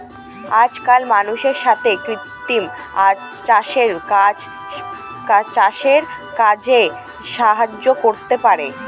আজকাল মানুষের সাথে কৃত্রিম মানুষরাও চাষের কাজে সাহায্য করতে পারে